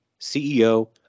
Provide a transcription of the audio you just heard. CEO